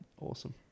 awesome